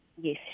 yes